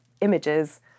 images